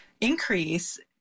increase